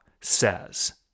says